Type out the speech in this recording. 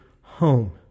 home